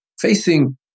Facing